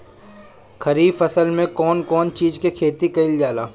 खरीफ फसल मे कउन कउन चीज के खेती कईल जाला?